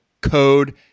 code